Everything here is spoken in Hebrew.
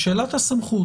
בשאלת הסמכות.